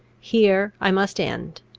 here i must end,